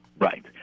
Right